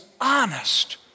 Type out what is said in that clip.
honest